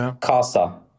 CASA